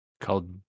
called